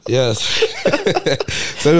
Yes